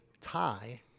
tie